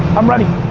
i'm ready.